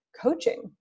coaching